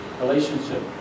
relationship